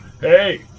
Hey